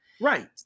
Right